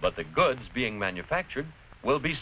but the goods being manufactured will be